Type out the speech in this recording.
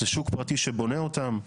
זה שוק פרטי שבונה אותם.